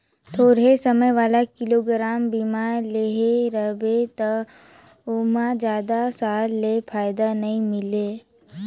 थोरहें समय वाला विकलांगमा बीमा लेहे रहबे त ओमहा जादा साल ले फायदा नई मिले